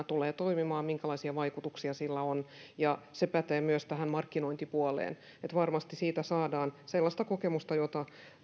tulee toimimaan minkälaisia vaikutuksia sillä on ja se pätee myös tähän markkinointipuoleen varmasti siitä saadaan sellaista kokemusta jota